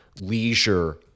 leisure